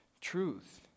truth